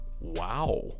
wow